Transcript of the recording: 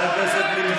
אתה מדבר על טרוריסטים?